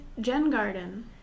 Jengarden